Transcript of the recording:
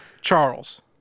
Charles